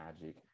magic